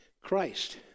Christ